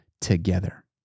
together